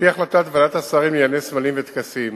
על-פי החלטת ועדת השרים לענייני סמלים וטקסים,